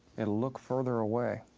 it'll look further away.